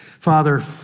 Father